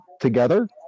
together